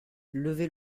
levez